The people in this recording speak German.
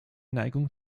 neigung